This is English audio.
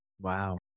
wow